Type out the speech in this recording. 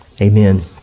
amen